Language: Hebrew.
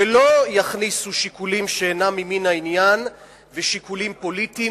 ולא יכניסו שיקולים שאינם ממין העניין ושיקולים פוליטיים,